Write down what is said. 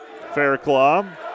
Fairclaw